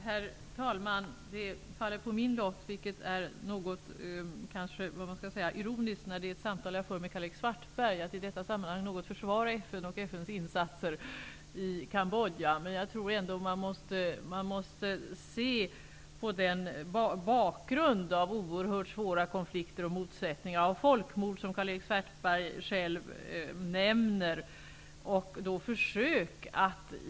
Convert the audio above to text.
Herr talman! Det faller på min lott att i detta sammanhang försvara FN och FN:s insatser i Cambodja, vilket kanske är något ironiskt när det är ett samtal jag för med Karl-Erik Svartberg. Man måste se på den bakgrund av oerhört svåra konflikter och motsättningar och folkmord, som Karl-Erik Svartberg själv nämner.